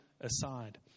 aside